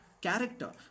character